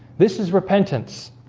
this is repentance